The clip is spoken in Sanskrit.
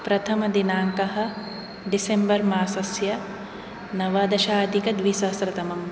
प्रथमदिनाङ्कः डिसेम्बर्मासस्य नवदशाधिकद्विसहस्रतमं